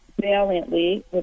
valiantly